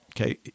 okay